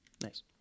Nice